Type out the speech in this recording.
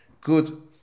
good